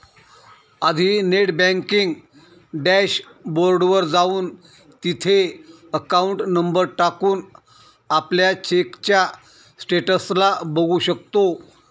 आधी net banking dash board वर जाऊन, तिथे अकाउंट नंबर टाकून, आपल्या चेकच्या स्टेटस ला बघू शकतो